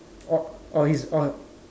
or or he is or